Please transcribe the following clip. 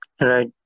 Right